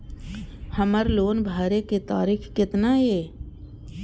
हमर लोन भरे के तारीख केतना ये?